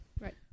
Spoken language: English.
Right